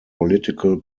political